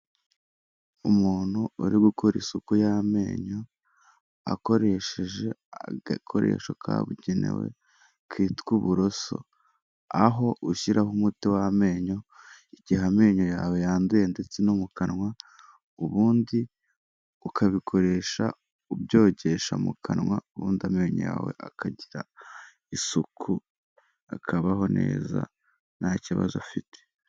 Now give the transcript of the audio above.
Umuntu uri gukora isuku y'amenyo akoresheje agakoresho kabugenewe kitwa uburoso aho ushyiraho umuti w'amenyo igihe amenyo yawe yanduye ndetse no mu kanwa ubundi ukabikoresha ubyogesha mu kanwa ubundi amenyo yawe akagira isuku akabaho neza nta kibazo afite.